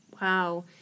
Wow